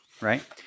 right